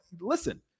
listen